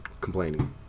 complaining